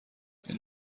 این